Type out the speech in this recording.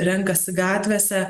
renkasi gatvėse